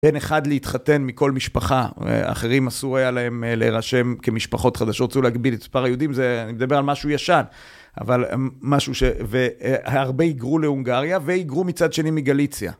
בן אחד להתחתן מכל משפחה, אחרים אסור היה להם להירשם כמשפחות חדשות שרצו להגביל את מספר היהודים זה, אני מדבר על משהו ישן אבל משהו שהרבה הגרו להונגריה והגרו מצד שנים מגליציה